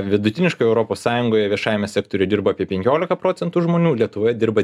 vidutiniškai europos sąjungoj viešajame sektoriuj dirba apie penkiolika procentų žmonių lietuvoje dirba